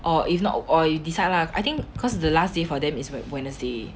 or if not o~ or you decide lah I think cause the last day for them is wed~ wednesday